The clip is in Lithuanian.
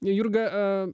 jurga a